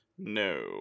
No